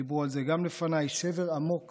דיברו על זה גם לפניי, שבר עמוק